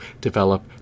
develop